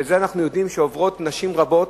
ואת זה אנחנו יודעים שעוברות נשים רבות